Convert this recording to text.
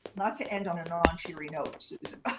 not to end on a non-cheery note, susan.